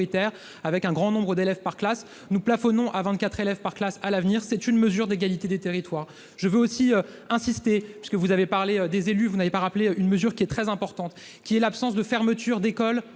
avec un grand nombre d'élèves par classe, nous plafonnant à 24 élèves par classe, à l'avenir, c'est une mesure d'égalité des territoires, je veux aussi insister, puisque vous avez parlé des élus, vous n'avez pas rappeler, une mesure qui est très importante, qui est l'absence de fermeture d'école